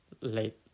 late